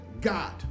God